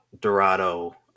Dorado